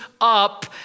up